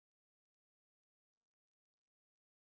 one two three one is a green shirt